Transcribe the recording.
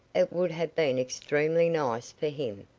it would have been extremely nice for him,